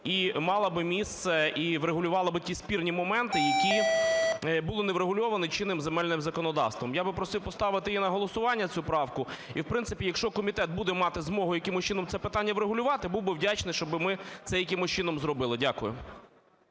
і мала би місце, і врегулювала би ті спірні моменти, які були не врегульовані чинним земельним законодавством. Я би просив поставити її на голосування, цю правку. І, в принципі, якщо комітет буде мати змогу якимось чином це питання врегулювати, був би вдячний, щоби ми це якимось чином зробили. Дякую.